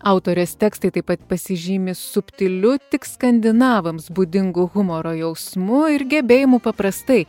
autorės tekstai taip pat pasižymi subtiliu tik skandinavams būdingu humoro jausmu ir gebėjimu paprastai